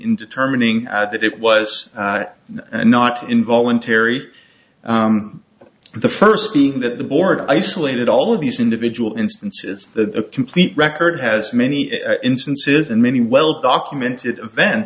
in determining that it was not involuntary the first being that the board isolated all of these individual instances the complete record has many instances and many well documented event